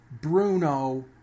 Bruno